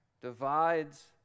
divides